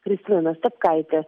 kristina nastapkaitė